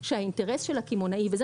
זה שהאינטרס של הקמעונאי הוא זה